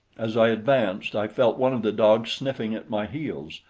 as i advanced i felt one of the dogs sniffing at my heels,